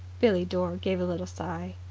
billie dore gave a little sigh.